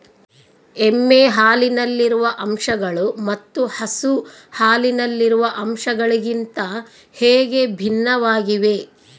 ಎಮ್ಮೆ ಹಾಲಿನಲ್ಲಿರುವ ಅಂಶಗಳು ಮತ್ತು ಹಸು ಹಾಲಿನಲ್ಲಿರುವ ಅಂಶಗಳಿಗಿಂತ ಹೇಗೆ ಭಿನ್ನವಾಗಿವೆ?